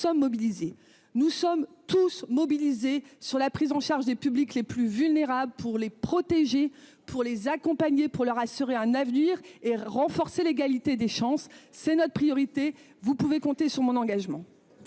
mobilisés, nous sommes tous mobilisés sur la prise en charge des publics les plus vulnérables, pour les protéger. Pour les accompagner pour leur assurer un avenir et renforcer l'égalité des chances, c'est notre priorité. Vous pouvez compter sur mon engagement.